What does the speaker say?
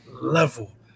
level